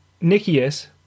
Nicias